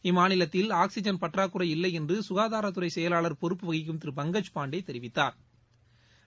இம்மாநிலத்தில் ஆக்ஸிஜன் பற்றாக்குறை இல்லை என்று சுகாதாரத்துறை செயலாளர் பொறுப்பு வகிக்கும் திரு பங்கஜ் பாண்டே தெரிவித்தாா்